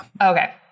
Okay